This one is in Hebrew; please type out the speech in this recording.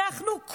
אנחנו,